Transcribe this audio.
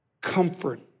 comfort